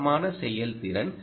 மோசமான செயல்திறன்